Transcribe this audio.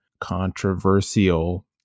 controversial